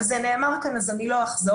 וזה נאמר כאן אז אני לא אחזור,